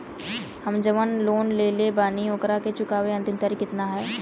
हम जवन लोन लेले बानी ओकरा के चुकावे अंतिम तारीख कितना हैं?